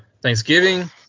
Thanksgiving